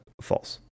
false